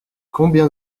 combien